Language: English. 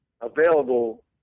available